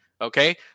okay